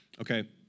Okay